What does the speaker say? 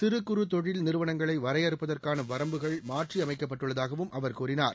சிறு குறு தொழில் நிறுவனங்களை வரையறுப்பதற்கான வரம்புகள் மாற்றி அமைக்கப்பட்டுள்ளதாகவும் அவர் கூறினார்